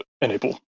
enable